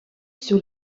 sur